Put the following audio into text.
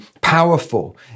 powerful